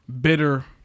bitter